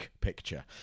picture